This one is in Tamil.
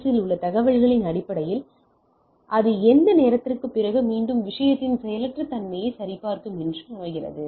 எஸ்ஸில் உள்ள தகவல்களின் அடிப்படையில் அது எந்த நேரத்திற்குப் பிறகு மீண்டும் விஷயத்தின் செயலற்ற தன்மையை சரிபார்க்கும் என்று அமைக்கிறது